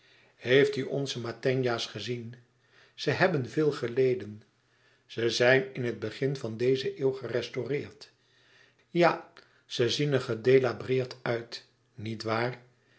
heeft u onze mantegna's gezien ze hebben veel geleden zij zijn in het begin van deze eeuw gerestaureerd ja ze zien er gedelabreerd uit niet waar